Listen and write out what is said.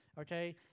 Okay